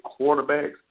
quarterbacks